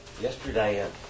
Yesterday